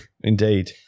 Indeed